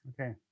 okay